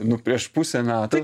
nu prieš pusę metų